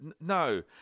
No